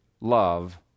love